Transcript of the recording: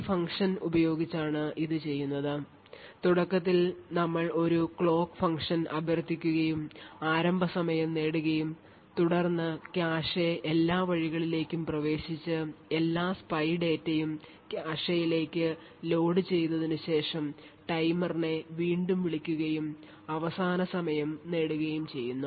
ഈ ഫംഗ്ഷൻ ഉപയോഗിച്ചാണ് അത് ചെയ്യുന്നത് തുടക്കത്തിൽ ഞങ്ങൾ ഒരു ക്ലോക്ക് ഫംഗ്ഷൻ അഭ്യർത്ഥിക്കുകയും ആരംഭ സമയം നേടുകയും തുടർന്ന് കാഷെ എല്ലാ വഴികളിലേക്കും പ്രവേശിച്ച് എല്ലാ സ്പൈ ഡാറ്റയും കാഷെയിലേക്ക് ലോഡ് ചെയ്തതിനുശേഷം ടൈമറിനെ വീണ്ടും വിളിക്കുകയും അവസാന സമയം നേടുകയും ചെയ്യുന്നു